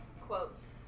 quotes